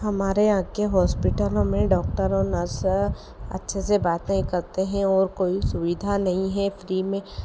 हमारे यहाँ के हॉस्पिटलों में डॉक्टर और नर्स अच्छे से बात नहीं करते हैं और कोई सुविधा नहीं है फ्री में